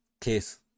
case